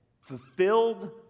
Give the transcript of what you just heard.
fulfilled